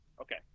okay